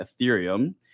Ethereum